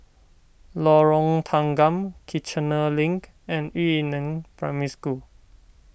Lorong Tanggam Kiichener Link and Yu Neng Primary School